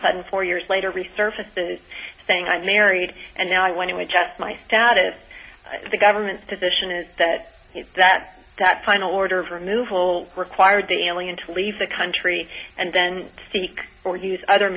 sudden four years later resurfaces saying i'm married and now i want to adjust my status the government's position is that that that final order of removal required the alien to leave the country and then seek or use other